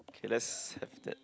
okay let's have that